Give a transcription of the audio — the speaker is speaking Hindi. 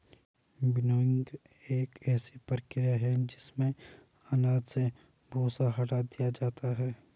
विनोइंग एक ऐसी प्रक्रिया है जिसमें अनाज से भूसा हटा दिया जाता है